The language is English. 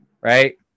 right